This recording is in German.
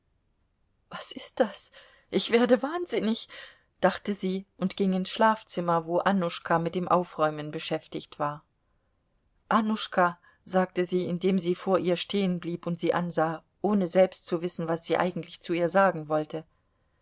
was ist das ich werde wahnsinnig dachte sie und ging ins schlafzimmer wo annuschka mit dem aufräumen beschäftigt war annuschka sagte sie indem sie vor ihr stehenblieb und sie ansah ohne selbst zu wissen was sie eigentlich zu ihr sagen wollte